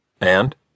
And